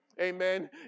Amen